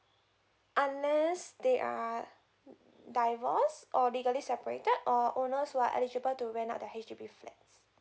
unless they are divorced or they got it separated or owners who are eligible to rent out the H_D_B flats